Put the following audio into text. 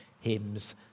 hymns